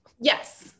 Yes